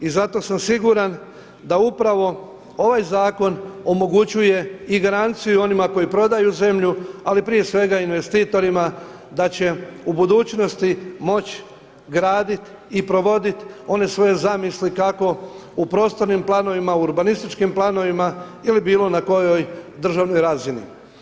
I zato sam siguran da upravo ovaj zakon omogućuje i garanciju onima koji prodaju zemlju, ali prije svega investitorima da će u budućnosti moći graditi i provoditi one svoje zamisli kako u prostornim planovima u urbanističkim planovima ili na bilo kojoj državnoj razini.